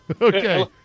Okay